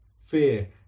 Fear